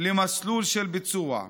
למסלול של ביצוע.